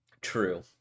true